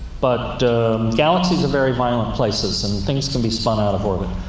but galaxies are very violent places, and things can be spun out of orbit.